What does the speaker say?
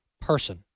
person